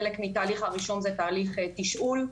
חלק מתהליך הרישום זה תהליך תישאול,